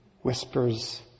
whispers